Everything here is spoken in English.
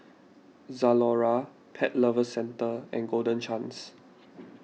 Zalora Pet Lovers Centre and Golden Chance